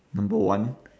number one